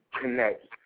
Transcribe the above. connect